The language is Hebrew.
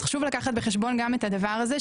אז חשוב לקחת בחשבון גם את הדבר הזה.